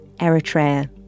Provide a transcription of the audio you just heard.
Eritrea